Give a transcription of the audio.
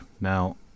Now